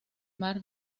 mar